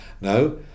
no